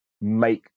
make